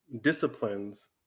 disciplines